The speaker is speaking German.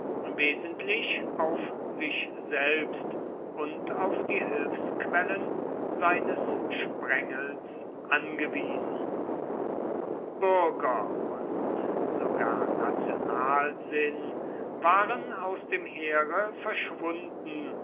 wesentlich auf sich selbst und auf die hilfsquellen seines sprengels angewiesen bürger und sogar nationalsinn waren aus dem heere verschwunden